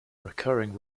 recurring